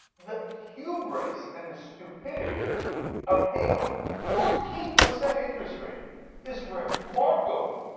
the hubris and the stupidity of paying a fourteen percent interest rate is remarkable.